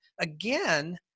again